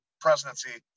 presidency